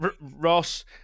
Ross